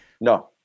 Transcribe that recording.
No